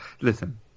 listen